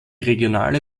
regionale